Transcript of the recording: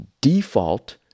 default